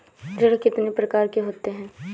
ऋण कितनी प्रकार के होते हैं?